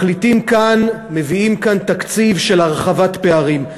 מחליטים כאן, מביאים כאן תקציב של הרחבת פערים.